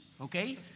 okay